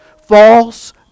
False